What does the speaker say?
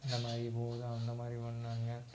இந்த மாதிரி போகுது அந்த மாதிரி பண்ணாங்க